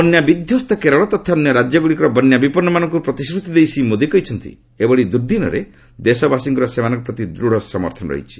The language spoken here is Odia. ବନ୍ୟା ବିଧ୍ୱସ୍ତ କେରଳ ତଥା ଅନ୍ୟ ରାଜ୍ୟଗୁଡ଼ିକର ବନ୍ୟା ବିପନ୍ନମାନଙ୍କୁ ପ୍ରତିଶ୍ରତି ଦେଇ ଶ୍ରୀ ମୋଦି କହିଛନ୍ତି ଏଭଳି ଦୁର୍ଦ୍ଦିନରେ ଦେଶବାସୀଙ୍କର ସେମାନଙ୍କ ପ୍ରତି ଦୂଢ଼ ସମର୍ଥନ ରହିଛି